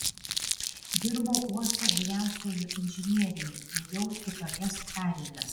dirbau uosto vyriausiuoju inžinieriumi ėjau kitokias pareigas